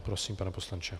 Prosím, pane poslanče.